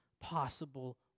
possible